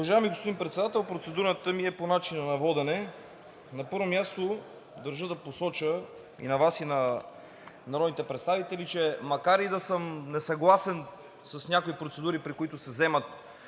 Уважаеми господин Председател, процедурата ми е по начина на водене. На първо място, държа да посоча и на Вас, и на народните представители, че макар и да съм несъгласен с някои процедури, при които се взимат